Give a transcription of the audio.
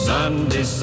Sunday